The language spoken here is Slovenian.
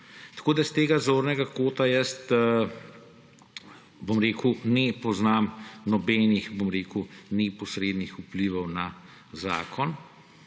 pravijo. S tega zornega kota ne poznam nobenih neposrednih vplivov na zakon.